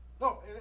No